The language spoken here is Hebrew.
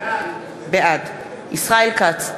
בעד ישראל כץ,